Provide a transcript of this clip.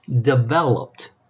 developed